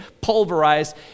pulverized